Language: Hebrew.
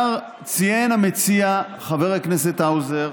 ציין המציע, חבר הכנסת האוזר,